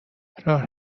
راه